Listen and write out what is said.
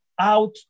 out